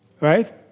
right